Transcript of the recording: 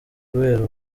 kubera